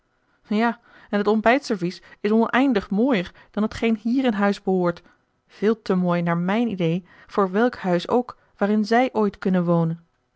ja en t ontbijtservies is oneindig mooier dan t geen hier in huis behoort veel te mooi naar mijn idee voor welk huis ook waarin zij ooit kunnen wonen